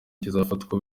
kizafatwa